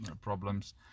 problems